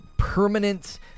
permanent